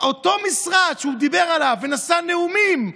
אותו משרד שהוא דיבר עליו ונשא נאומים,